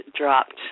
dropped